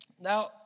Now